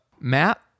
Matt